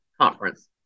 conference